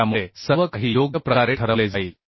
त्यामुळे सर्वकाही योग्य प्रकारे ठरवले जाईल